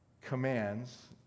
commands